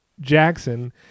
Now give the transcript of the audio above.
Jackson